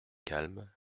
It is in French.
calme